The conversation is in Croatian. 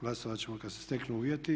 Glasovati ćemo kada se steknu uvjeti.